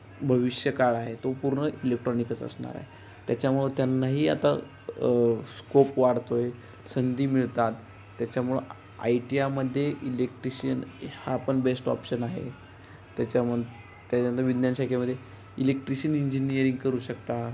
भविष्य काळ आहे तो पूर्ण इलेक्ट्रॉनिकच असणार आहे त्याच्यामुळं त्यांनाही आता स्कोप वाढतो आहे संधी मिळतात त्याच्यामुळं आयटीयामध्ये इलेक्ट्रिशियन हा पण बेस्ट ऑप्शन आहे त्याच्यामंत त्याच्यानंतर विज्ञान शाखेमध्ये इलेक्ट्रिशियन इंजिनिअरिंग करू शकता